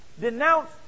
denounce